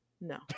No